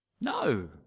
No